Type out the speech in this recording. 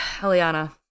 Eliana